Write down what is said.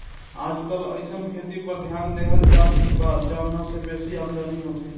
आजकल अइसन खेती पर ध्यान देहल जाता जवना से बेसी आमदनी होखे